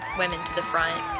women to the front.